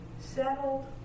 settled